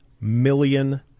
million